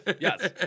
Yes